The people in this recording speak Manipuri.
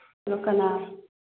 ꯍꯂꯣ ꯀꯅꯥ